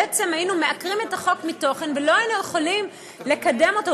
בעצם היינו מעקרים את החוק מתוכן ולא היינו יכולים לקדם אותו,